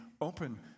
open